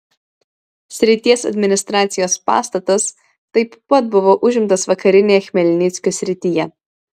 srities administracijos pastatas taip pat buvo užimtas vakarinėje chmelnyckio srityje